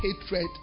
hatred